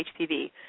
HPV